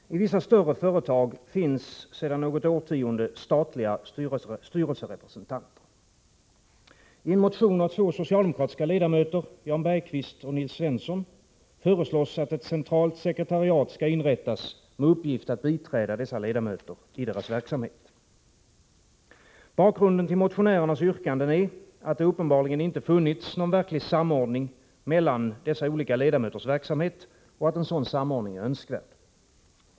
Herr talman! I vissa större företag finns sedan något årtionde statliga styrelserepresentanter. I en motion av två socialdemokratiska ledamöter — Jan Bergqvist och Nils Svensson — föreslås att ett centralt sekretariat skall inrättas, med uppgift att biträda dessa ledamöter i deras verksamhet. Bakgrunden till motionärernas yrkande är att det uppenbarligen inte funnits någon verklig samordning mellan dessa olika ledamöters verksamhet och att en sådan samordning är önskvärd.